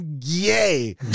yay